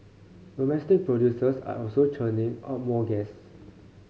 domestic producers are also churning out more gas